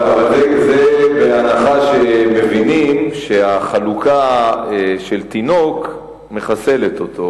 זה בהנחה שמבינים שהחלוקה של תינוק מחסלת אותו,